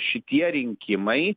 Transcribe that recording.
šitie rinkimai